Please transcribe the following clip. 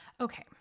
Okay